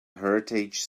heritage